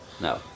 no